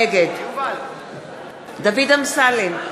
נגד דוד אמסלם,